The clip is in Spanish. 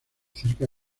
cerca